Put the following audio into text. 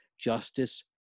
justice